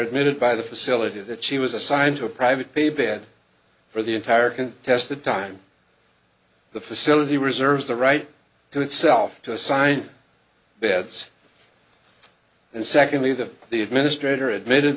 admitted by the facility that she was assigned to a private pay bed for the entire can test the time the facility reserves the right to itself to assign beds and secondly that the administrator admitted